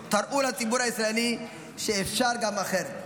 תראו לציבור הישראלי שאפשר גם אחרת,